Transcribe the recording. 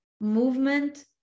movement